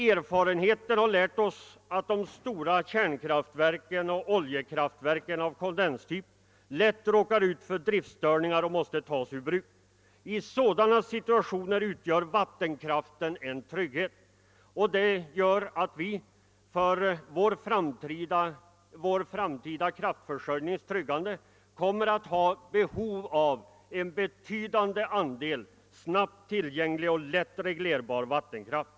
Erfarenheten har lärt oss att de stora kärnkraftverken och oljekraftverk av kondenstyp lätt råkar ut för driftstörningar och måste tas ur bruk. I sådana situationer utgör vattenkraften en trygghet. Detta gör att vi, för vår framtida kraftförsörjnings tryggande, kommer att ha behov av en betydande andel snabbt tillgänglig och lätt reglerbar vattenkraft.